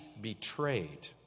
betrayed